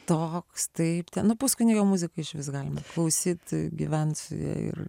toks taip ten nu puskunigio muzika išvis galima klausyt gyvent joj ir